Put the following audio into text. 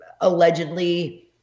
allegedly